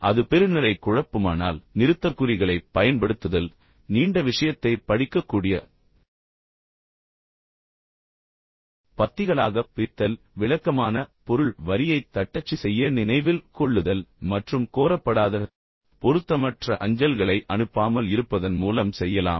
அது பெறுநரைக் குழப்புமானால் நிறுத்தற்குறிகளைப் பயன்படுத்துதல் நீண்ட விஷயத்தைப் படிக்கக்கூடிய பத்திகளாகப் பிரித்தல் விளக்கமான பொருள் வரியைத் தட்டச்சு செய்ய நினைவில் கொள்ளுதல் மற்றும் இறுதியாக கோரப்படாத மற்றும் பொருத்தமற்ற அஞ்சல்களை அனுப்பாமல் இருப்பதன் மூலம் செய்யலாம்